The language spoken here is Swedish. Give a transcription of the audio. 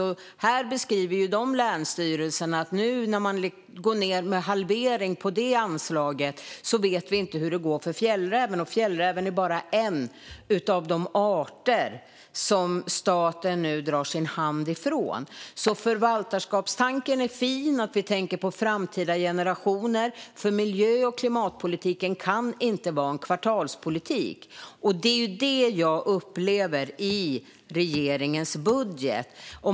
De länsstyrelserna beskriver nu att de, när man går ned till en halvering, inte vet hur det kommer att gå för fjällräven. Fjällräven är bara en av de arter som staten nu tar sin hand ifrån. Förvaltarskapstanken är fin, liksom att vi tänker på framtida generationer. Miljö och klimatpolitiken kan nämligen inte vara kvartalspolitik. Det är så jag upplever regeringens budget.